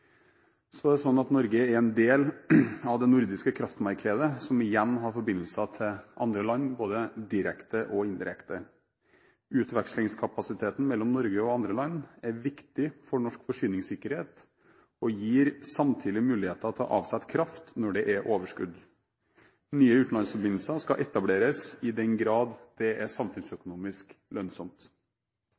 nordiske kraftmarkedet, som igjen har forbindelser til andre land, både direkte og indirekte. Utvekslingskapasiteten mellom Norge og andre land er viktig for norsk forsyningssikkerhet og gir samtidig mulighet til å avsette kraft når det er overskudd. Nye utenlandsforbindelser skal etableres i den grad det er samfunnsøkonomisk lønnsomt.